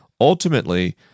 ultimately